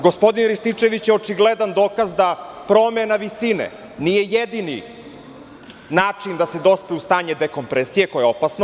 Gospodin Rističević je očigledan dokaz da promena visine nije jedini način da se dospe u stanje dekompresije, koje je opasno.